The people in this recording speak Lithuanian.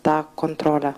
tą kontrolę